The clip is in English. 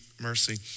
mercy